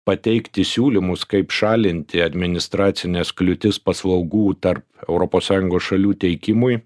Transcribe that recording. pateikti siūlymus kaip šalinti administracines kliūtis paslaugų tarp europos sąjungos šalių teikimui